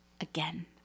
again